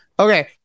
Okay